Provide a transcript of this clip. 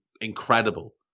incredible